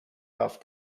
half